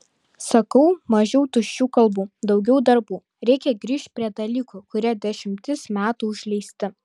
sakau mažiau tuščių kalbų daugiau darbų reikia grįžt prie dalykų kurie dešimtis metų užleisti